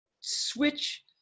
switch